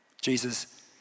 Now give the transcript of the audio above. Jesus